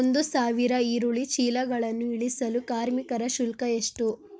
ಒಂದು ಸಾವಿರ ಈರುಳ್ಳಿ ಚೀಲಗಳನ್ನು ಇಳಿಸಲು ಕಾರ್ಮಿಕರ ಶುಲ್ಕ ಎಷ್ಟು?